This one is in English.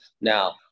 Now